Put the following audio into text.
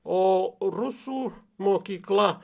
o rusų mokykla